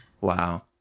Wow